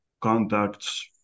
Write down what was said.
contacts